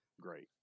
great